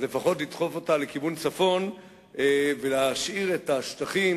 אז לפחות לדחוף אותה לכיוון צפון ולהשאיר את השטחים